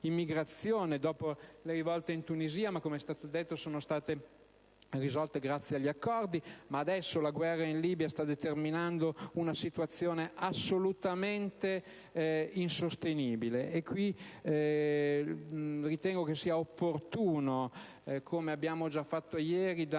immigrazione dopo le rivolte in Tunisia che, com'è stato detto, sono state risolte grazie agli accordi, anche se adesso la guerra in Libia sta determinando una situazione assolutamente insostenibile. Al riguardo, ritengo che sia opportuno, come abbiamo già fatto ieri,